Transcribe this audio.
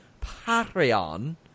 Patreon